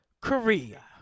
Korea